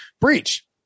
Breach